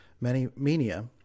Mania